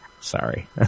Sorry